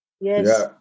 Yes